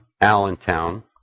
Allentown